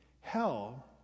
Hell